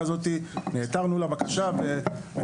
אני אתמול בדקתי את זה מבחינה טכנולוגית